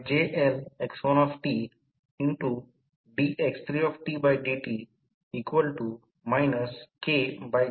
BC B ते तसे आहे तर ते 2300 व्होल्ट X2 आहे आणि AC ते A ते C 11500 व्होल्ट आहे